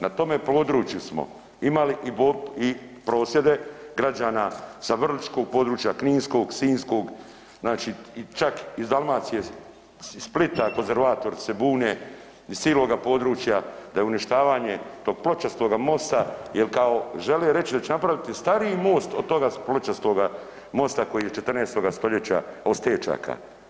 Na tome području smo imali i prosvjede građana sa vrličkog područja, kninskog, sinjskog znači čak iz Dalmacije, iz Splita konzervatori se bune iz ciloga područja da je uništavanje tog pločastoga mosta jel kao žele reći da će napraviti stariji most od toga Pločastoga mosta koji je iz 14. stoljeća od stećaka.